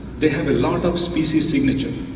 they have a lot of species signature,